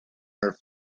her